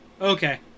Okay